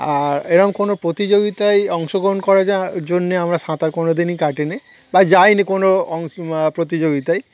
আর এরম কোনো প্রতিযোগিতায় অংশগ্রহণ করা যার জন্যে আমরা সাঁতার কোনো দিনই কাটিনি বা যাইনি কোনো অং প্রতিযোগিতায়